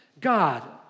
God